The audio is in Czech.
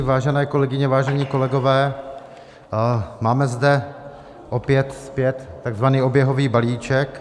Vážené kolegyně, vážení kolegové, máme zde opět zpět takzvaný oběhový balíček.